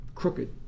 Crooked